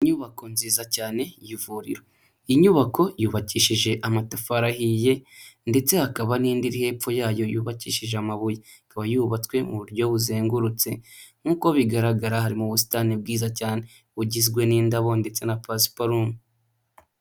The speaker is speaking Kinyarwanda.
Inyubako nziza cyane y'ivuriro, iyi nyubako yubakishije amatafari ahiye ndetse hakaba n'indi hepfo yayo yubakishije amabuye, ikaba yubatswe mu buryo buzengurutse nk'uko bigaragara harimo ubusitani bwiza cyane bugizwe n'indabo ndetse na pasiparumu.